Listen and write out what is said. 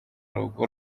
rugo